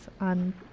on